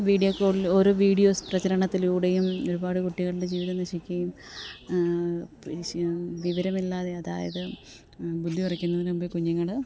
video കോളിൽ ഓരോ videos പ്രചരണത്തിലൂടെയും ഒരുപാട് കുട്ടികളുടെ ജീവിതം നശിക്കുകയും വിവരമില്ലാതെ അതായത് ബുദ്ധി ഉറയ്ക്കുന്നതിന് മുമ്പെ കുഞ്ഞുങ്ങൾ